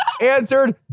answered